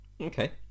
okay